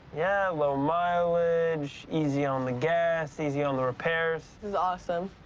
yeah. low mileage, easy on the gas. easy on the repairs. this is awesome.